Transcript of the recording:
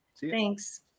Thanks